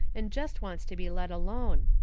and jest wants to be let alone.